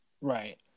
Right